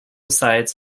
sites